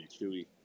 chewy